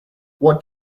what